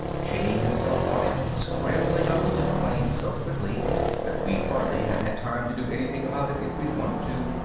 chinning himself on it, and scrambling up into the plane so quickly that we'd hardly have had time to do anything about it if we'd wanted to.